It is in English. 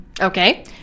Okay